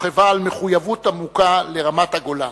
ואת מחויבותו העמוקה לרמת-הגולן.